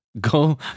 Go